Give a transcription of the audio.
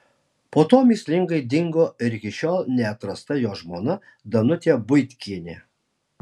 po to mįslingai dingo ir iki šiol neatrasta jo žmona danutė buitkienė